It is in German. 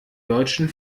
deutschen